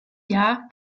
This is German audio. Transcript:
jahr